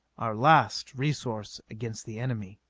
our last resource against the enemy.